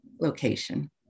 location